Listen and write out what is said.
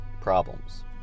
problems